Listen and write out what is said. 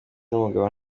n’umugabo